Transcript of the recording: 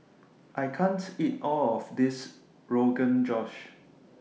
I can't eat All of This Rogan Josh